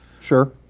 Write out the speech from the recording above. Sure